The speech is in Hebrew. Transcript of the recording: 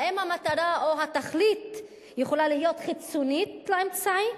האם המטרה או התכלית יכולה להיות חיצונית לאמצעי?